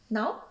now